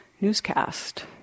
newscast